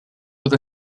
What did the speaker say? with